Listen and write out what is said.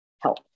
help